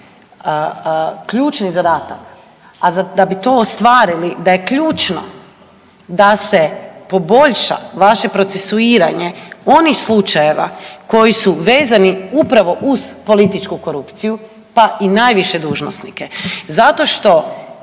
ključni zadatak, a da bi to ostvarili da je ključno da se poboljša vaše procesuiranje onih slučajeva koji su vezani upravo uz političku korupciju pa i najviše dužnosnike zato što